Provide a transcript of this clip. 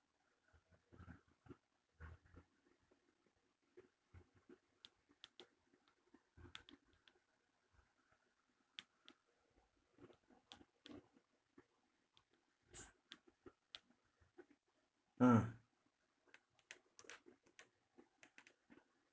mm